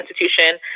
institution